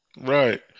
Right